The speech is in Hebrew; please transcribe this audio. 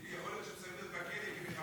טיבי, יכול להיות שהוא צריך להיות בכלא כמחבל.